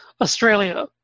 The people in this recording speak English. Australia